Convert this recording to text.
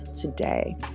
today